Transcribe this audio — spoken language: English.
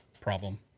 problem